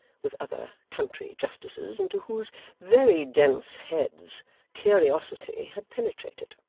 with other country justices, into whose very dense heads curiosity had penetrated.